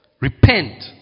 repent